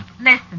Listen